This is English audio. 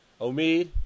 Omid